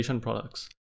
products